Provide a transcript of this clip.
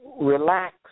relax